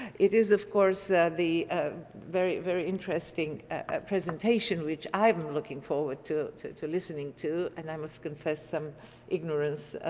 it is, of course, the ah very very interesting presentation, which i've been looking forward to to listening to. and i must confess some ignorance,